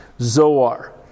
Zoar